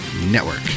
Network